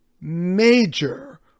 major